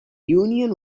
union